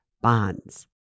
bonds